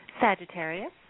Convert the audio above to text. Sagittarius